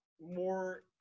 more